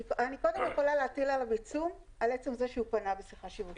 קודם אני יכול להטיל עליו עיצום על עצם זה שהוא פנה בשיחה שיווקית.